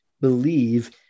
believe